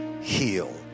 heal